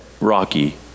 rocky